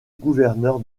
gouverneur